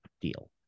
deal